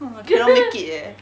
!wah! cannot make it eh